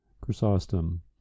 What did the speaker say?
Chrysostom